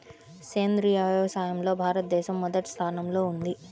సేంద్రీయ వ్యవసాయంలో భారతదేశం మొదటి స్థానంలో ఉంది